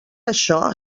això